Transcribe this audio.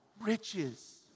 riches